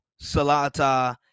Salata